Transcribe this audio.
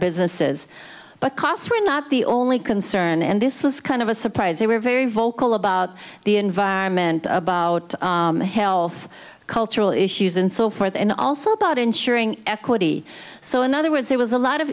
businesses but costs were not the only concern and this was kind of a surprise they were very vocal about the environment about health cultural issues and so forth and also about insuring equity so in other words there was a lot of